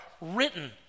written